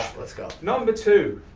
let's go. number two.